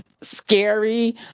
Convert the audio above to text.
scary